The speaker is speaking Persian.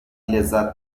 لذت